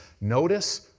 Notice